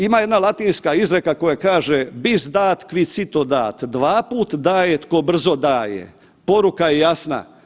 Ima jedna latinska izreka koja kaže: "Bis dat, qui cito dat." Dvaput daje tko brzo daje, poruka je jasna.